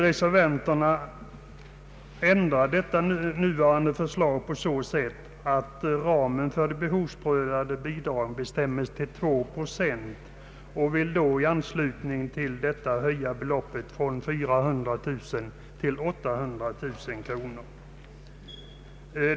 Reservanterna vill ändra förslaget på så sätt att ramen för de behovsprövade bidragen bestämmes till 2 procent och vill i anslutning till detta höja det nämnda beloppet från 400 000 kronor till 800 000 kronor.